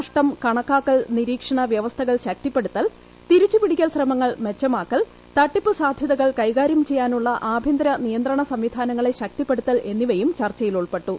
നഷ്ടം കണക്കാക്കൽ നിരീക്ഷണ വൃവസ്ഥകൾ ശക്തിപ്പെടുത്തൽ തിരിച്ചുപിടിക്കൽ ശ്രമങ്ങൾ മെച്ചമാക്കൽ തട്ടിപ്പ് സാധ്യതകൾ കൈകാര്യം ചെയ്യാനുള്ള ആഭ്യന്തര നിയന്ത്രണ സംവിധാനങ്ങളെ ശക്തിപ്പെടുത്തൽ എന്നിവയും ചർച്ചയിലുൾപ്പെട്ടു